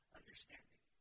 understanding